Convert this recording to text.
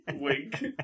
wink